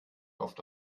oft